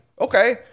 Okay